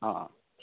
অ অ